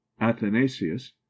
athanasius